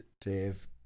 dave